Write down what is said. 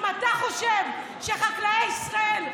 אם אתה חושב שחקלאי ישראל,